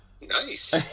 nice